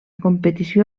competició